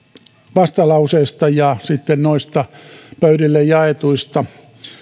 vastalauseesta ja sitten noista pöydille jaetuista